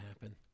happen